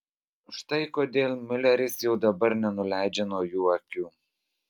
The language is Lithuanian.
štai kodėl miuleris jau dabar nenuleidžia nuo jų akių